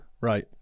Right